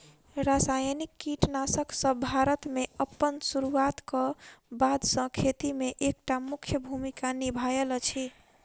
रासायनिक कीटनासकसब भारत मे अप्पन सुरुआत क बाद सँ खेती मे एक टा मुख्य भूमिका निभायल अछि